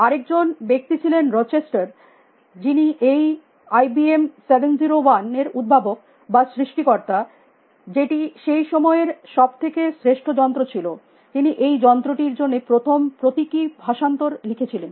আরেকজন ব্যক্তি ছিলেন রচেস্টার যিনি এই আইবিএম 701 এর উদ্ভাবক বা সৃষ্টিকর্তা যেটি সেই সময়ের সব থেকে শ্রেষ্ঠ যন্ত্র ছিল তিনি সেই যন্ত্রটির জন্য প্রথম প্রতীকী ভাষান্তর লিখেছিলেন